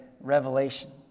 revelation